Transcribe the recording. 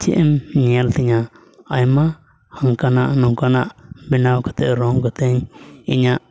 ᱪᱮᱫ ᱮᱢ ᱧᱮᱞ ᱛᱤᱧᱟᱹ ᱟᱭᱢᱟ ᱚᱱᱠᱟᱱᱟᱜ ᱱᱚᱝᱠᱟᱱᱟᱜ ᱵᱮᱱᱟᱣ ᱠᱟᱛᱮᱫ ᱨᱚᱝ ᱠᱟᱛᱮᱫ ᱤᱧ ᱤᱧᱟᱹᱜ